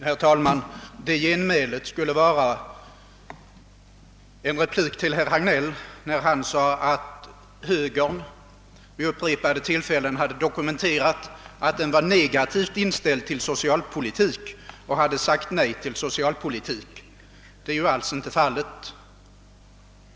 Herr talman! Mitt genmäle skall bli en kort replik till herr Hagnell, som sade att högern vid upprepade tillfällen hade dokumenterat att partiet var negativt inställt till socialpolitiken och att vi hade sagt nej till den. Så är inte alls fallet.